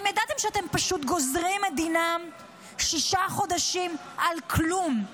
ידעתם שאתם פשוט גוזרים את דינם לשישה חודשים על כלום,